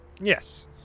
Yes